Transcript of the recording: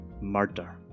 murder